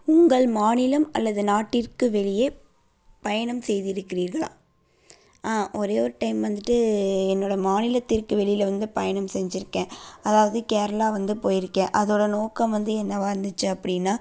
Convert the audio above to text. உங்கள் மாநிலம் அல்லது நாட்டிற்கு வெளியே பயணம் செய்திருக்கிறீர்களா ஆ ஒரே ஒரு டைம் வந்துட்டு என்னோட மாநிலத்திற்கு வெளியில் வந்து பயணம் செஞ்சுருக்கேன் அதாவது கேரளா வந்து போயிருக்கேன் அதோட நோக்கம் வந்து என்னவா இருந்துச்சு அப்படின்னா